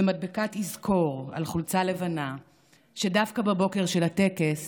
ומדבקת יזכור על חולצה לבנה שדווקא בבוקר של הטקס